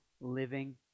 living